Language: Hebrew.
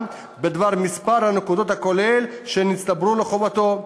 בדבר מספר הנקודות הכולל שנצטברו לחובתו,